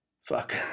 fuck